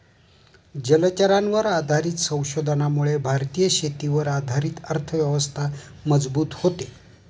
जलचरांवर आधारित संशोधनामुळे भारतीय शेतीवर आधारित अर्थव्यवस्था मजबूत होते